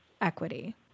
equity